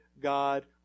God